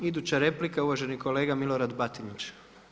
Iduća replika je uvaženi kolega Milorad Batinić.